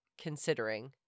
considering